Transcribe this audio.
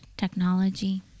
technology